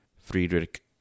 Friedrich